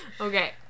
Okay